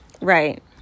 Right